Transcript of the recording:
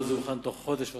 ופה זה הוכן בתוך חודש וחצי.